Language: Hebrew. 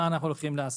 מה אנחנו הולכים לעשות.